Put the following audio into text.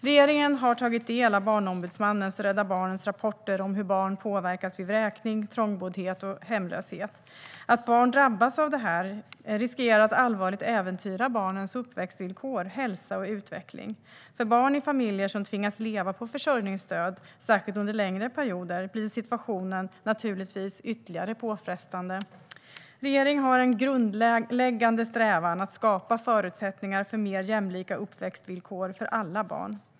Regeringen har tagit del av Barnombudsmannens och Rädda Barnens rapporter om hur barn påverkas vid vräkning, trångboddhet och hemlöshet. Att barn drabbas av detta riskerar att allvarligt äventyra barnens uppväxtvillkor, hälsa och utveckling. För barn i familjer som tvingas leva på försörjningsstöd, särskilt under längre perioder, blir situationen naturligtvis ytterligare påfrestande. Regeringen har en grundläggande strävan att skapa förutsättningar för mer jämlika uppväxtvillkor för alla barn.